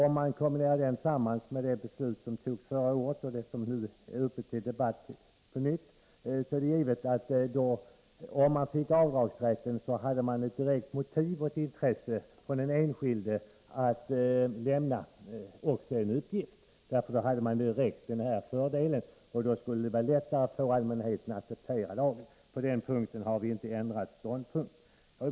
Om man kombinerar detta med det beslut som togs förra året och det förslag som nu är uppe till debatt på nytt skulle avdragsrätten direkt ge den enskilde intresse och motiv att lämna en uppgift. Den direkta fördel det gäller skulle göra det lättare att få allmänheten att acceptera lagen. På den punkten har vi inte ändrat ståndpunkt.